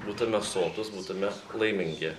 būtume sotūs būtume laimingi